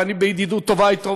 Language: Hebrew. ואני בידידות טובה אתו,